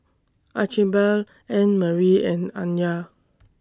Archibald Annmarie and Anya